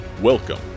Welcome